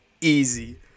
Easy